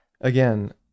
again